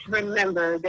remember